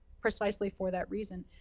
precisely for that reason.